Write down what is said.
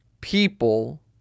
people